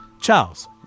Charles